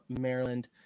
Maryland